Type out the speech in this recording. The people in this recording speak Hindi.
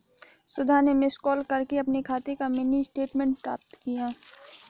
सुधा ने मिस कॉल करके अपने खाते का मिनी स्टेटमेंट प्राप्त किया